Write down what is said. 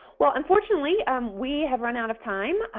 well, unfortunately, and we have run out of time.